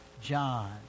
John